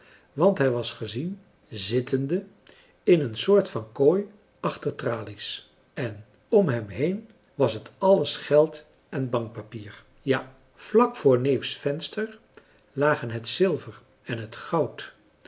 want hij was gezien zittende in een soort van kooi achter tralies en om hem heen was het alles geld en bankpapier ja vlak voor neefs venster lagen het zilver en het goud